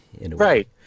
Right